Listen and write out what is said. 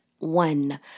One